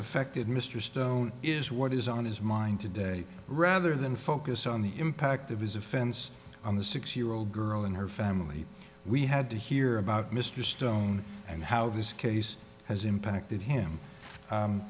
affected mr stone is what is on his mind today rather than focus on the impact of his offense on the six year old girl and her family we had to hear about mr stone and how this case has impacted him